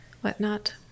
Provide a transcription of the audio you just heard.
whatnot